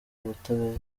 ubutabera